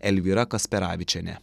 elvyra kasperavičienė